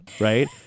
Right